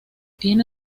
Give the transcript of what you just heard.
tiene